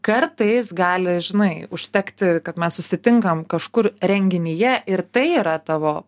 kartais gali žinai užtekti kad mes susitinkam kažkur renginyje ir tai yra tavo